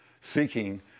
seeking